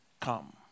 come